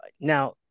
now